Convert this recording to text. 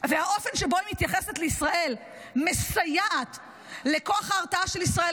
והאופן שבו היא מתייחסת לישראל מסייעים לכוח ההרתעה לישראל,